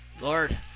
Lord